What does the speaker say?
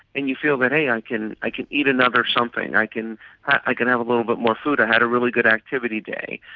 and you feel that, hey, i can i can eat another something, i can i can have a little bit more food, i had a really good activity day.